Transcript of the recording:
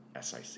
sic